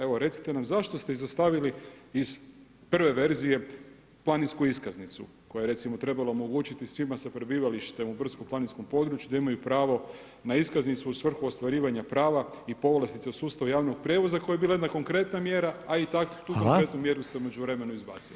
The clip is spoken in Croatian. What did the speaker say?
Evo, recite nam zašto ste izostavili iz prve verzije planinsku iskaznicu koja je recimo, trebala omogućiti svima sa prebivalištem u brdsko-planinskom području da imaju pravo na iskaznicu u svrhu ostvarivanja prava i povlastice u sustavu javnog prijevoza koja je bila jedna konkretna mjera, a i tu konkretnu mjeru ste u međuvremenu izbacili.